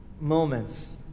moments